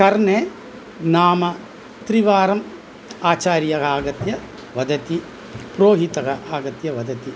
कर्णे नाम त्रिवारम् आचार्यः आगत्य वदति पुरोहितः आगत्य वदति